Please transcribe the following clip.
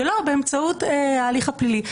שלא באמצעות ההליך הפלילי.